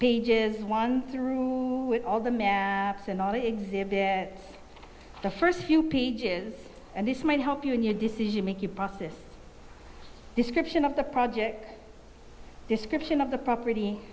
pages one through with all the maps and all exhibit at the first few pages and this might help you in your decision making process description of the project description of the property